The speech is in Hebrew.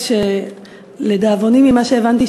אני מבקש, אדוני היושב-ראש,